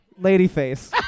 Ladyface